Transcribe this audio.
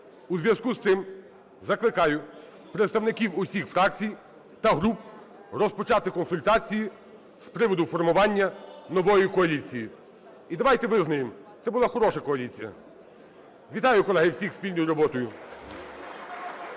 У зв'язку з цим закликаю представників усіх фракцій та груп розпочати консультації з приводу формування нової коаліції. І давайте визнаємо, це була хороша коаліція. Вітаю, колеги, всіх зі спільною роботою.